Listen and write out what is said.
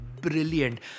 brilliant